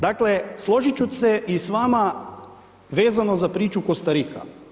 Dakle, složiti ću se i s vama vezano za priču Kostarika.